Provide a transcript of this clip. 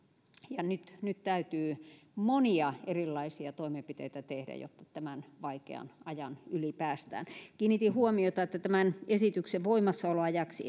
ja nyt nyt täytyy monia erilaisia toimenpiteitä tehdä jotta tämän vaikean ajan yli päästään kiinnitin huomiota että tämän esityksen voimassaoloajaksi